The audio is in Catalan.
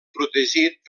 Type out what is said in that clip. protegit